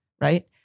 right